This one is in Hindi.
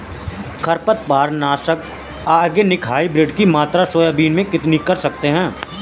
खरपतवार नाशक ऑर्गेनिक हाइब्रिड की मात्रा सोयाबीन में कितनी कर सकते हैं?